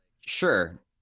Sure